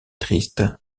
triste